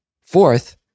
Fourth